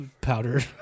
Powder